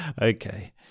Okay